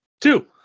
Two